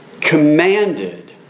commanded